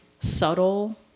subtle